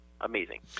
amazing